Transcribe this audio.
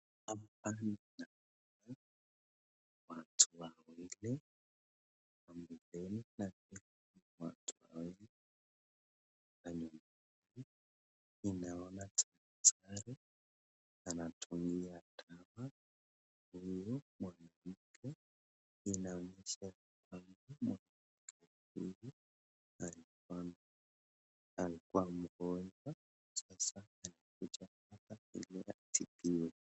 Katika picha hili Kuna matunda kama vile machungwa, maembe